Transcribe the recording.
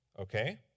okay